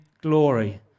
glory